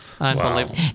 unbelievable